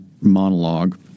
monologue